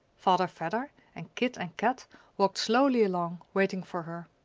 father vedder and kit and kat walked slowly along, waiting for her.